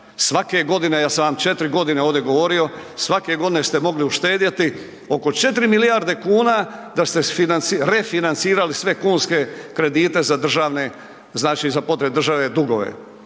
Svake godine, jel sam vam 4.g. ovdje govorio, svake godine ste mogli uštedjeti oko 4 milijarde kuna da ste refinancirali sve kunske kredite za državne,